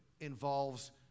involves